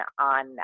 on